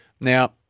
Now